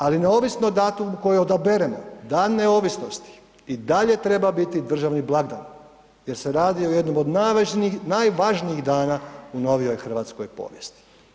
Ali neovisno datum koji odaberemo Dan neovisnosti i dalje treba biti državni blagdan jer se radi o jednom od najvažnijih dana u novijoj hrvatskoj povijesti.